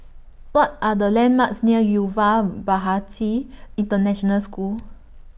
What Are The landmarks near Yuva Bharati International School